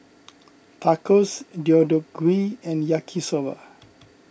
Tacos Deodeok Gui and Yaki Soba